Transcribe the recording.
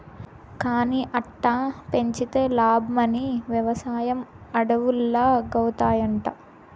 కానీ అట్టా పెంచితే లాబ్మని, వెవసాయం అడవుల్లాగౌతాయంట